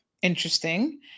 interesting